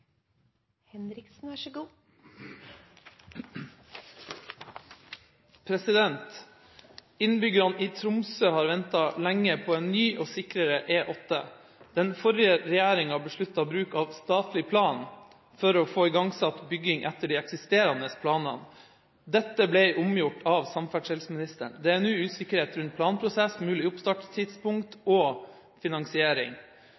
i Tromsø har venta lenge på en ny og sikrere E8. Den forrige regjeringa beslutta bruk av statlig plan for å få igangsatt bygging etter de eksisterende planene. Dette ble omgjort av samferdselsministeren. Det er nå usikkerhet rundt planprosess, mulig